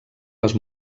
les